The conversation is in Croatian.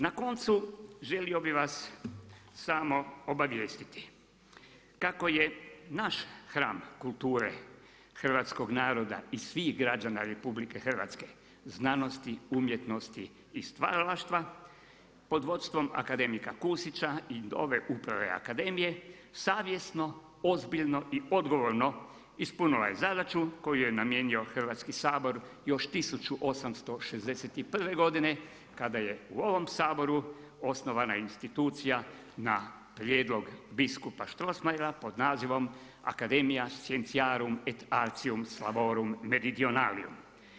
Na koncu, želio bi vas samo obavijestiti kako je naš hram kulture hrvatskog naroda i svih građana RH umjetnosti, umjetnosti i stvaralaštva pod vodstvom akademika Kusića i ove uprave akademije, savjesno, ozbiljno i odgovorno ispunila je zadaću koju joj je namijenio Hrvatski sabor još 1861. godine kada je u ovom Saboru osnovana institucija na prijedlog biskupa Strossmayera pod nazivom Academia Scienciarum et Asrtium Slavorum Meridionalium.